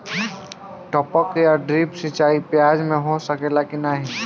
टपक या ड्रिप सिंचाई प्याज में हो सकेला की नाही?